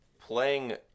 playing